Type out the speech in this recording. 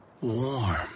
warm